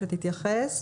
שתתייחס.